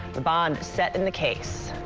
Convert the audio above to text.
the bond set in the case.